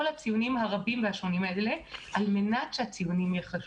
הציונים הרבים והשונים הללו על מנת שהציונים ייחשבו.